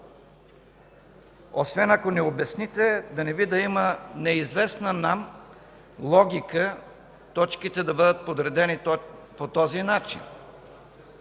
освен ако ни обясните да не би да има неизвестна нам логика точките да бъдат подредени по този начин.